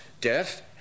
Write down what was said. death